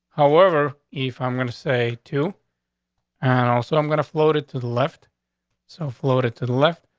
however, if i'm going to say to and also i'm gonna float it to the left so floated to the left.